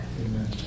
Amen